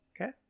Okay